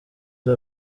izo